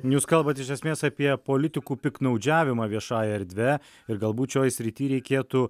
jūs kalbat iš esmės apie politikų piktnaudžiavimą viešąja erdve ir galbūt šioj srity reikėtų